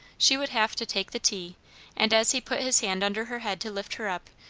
she would have to take the tea and as he put his hand under her head to lift her up,